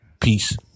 Peace